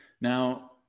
Now